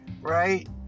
right